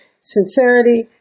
sincerity